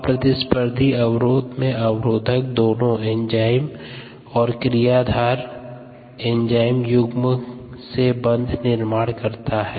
अप्रतिस्पर्धी अवरोध में अवरोधक दोनों एंजाइम और एंजाइम क्रियाधार युग्म से बंध निर्माण करता है